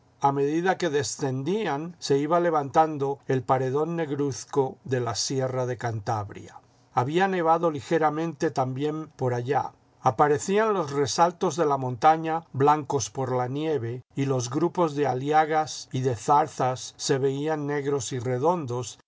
a medida que descendían se iba levantando el paredón negruzco de la sierra de cantabria había nevado ligeramente también por allá aparecían los resaltos de la m ontaña blancos por la nieve y los grupos de aliagas y de zarzas se veían negros y redondos